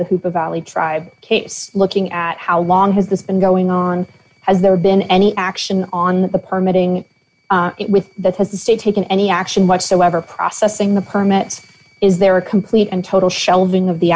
the tribe case looking at how long has this been going on has there been any action on the permitting and with that has the state taken any action whatsoever processing the permit is there a complete and total shelving of the